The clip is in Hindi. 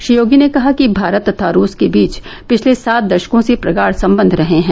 श्री योगी ने कहा कि भारत तथा रूस के बीच पिछले सात दशकों से प्रगाढ़ संबंध रहे हैं